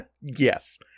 Yes